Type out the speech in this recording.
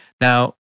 Now